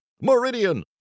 Meridian